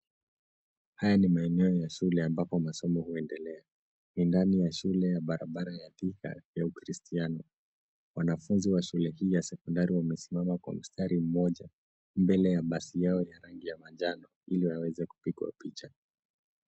Haya ni maeneo ya shule ambapo masomo huendelea. Ni ndani ya shule ya barabara ya Thika ya ukristiano. Wanafunzi wa shule hii ya sekondari wamesimama kwa mstari mmoja, mbele ya basi yao ya rangi ya manjano, ili waweze kupigwa picha.